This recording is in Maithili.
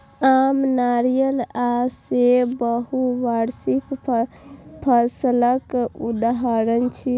आम, नारियल आ सेब बहुवार्षिक फसलक उदाहरण छियै